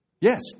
Yes